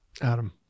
Adam